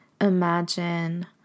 imagine